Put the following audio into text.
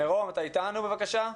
מֵרום, אתה אתנו בבקשה?